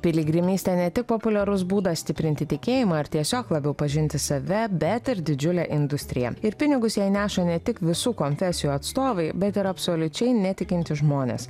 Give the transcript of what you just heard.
piligrimystė ne tik populiarus būdas stiprinti tikėjimą ar tiesiog labiau pažinti save bet ir didžiulė industrija ir pinigus jai neša ne tik visų konfesijų atstovai bet ir absoliučiai netikintys žmonės